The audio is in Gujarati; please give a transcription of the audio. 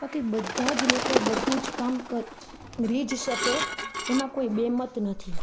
બાકી બધાં જ લોકો બધું જ કામ કરી જ શકે એમાં કોઈ બેમત નથી